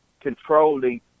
controlling